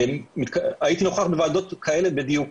הייתי נוכח בוועדות כאלה בדיוק,